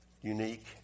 Unique